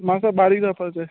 म्हाका बारीक जावपाक जाय